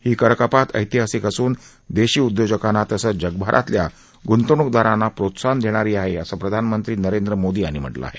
ही कर कपात ऐतिहासिक असून देशी उदयोजकांना तसंच जगभरातल्या ग्रंतवणूकदारांना प्रोत्साहन देणारी आहे असं प्रधानमंत्री नरेंद्र मोदी यांनी म्हटलं आहे